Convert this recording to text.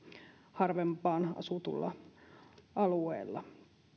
harvempaan asutuilla alueilla